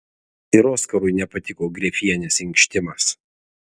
ir oskarui nepatiko grefienės inkštimas